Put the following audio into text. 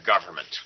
government